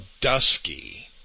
dusky